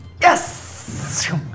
Yes